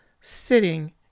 sitting